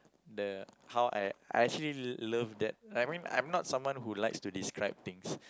the how I I actually love that I mean I'm not someone who likes to describe things